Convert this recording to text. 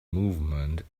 movement